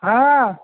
হ্যাঁ